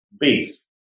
beef